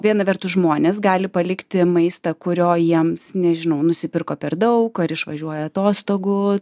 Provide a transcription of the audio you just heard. viena vertus žmonės gali palikti maistą kurio jiems nežinau nusipirko per daug ar išvažiuoja atostogų